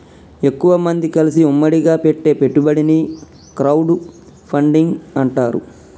ఎక్కువమంది కలిసి ఉమ్మడిగా పెట్టే పెట్టుబడిని క్రౌడ్ ఫండింగ్ అంటారు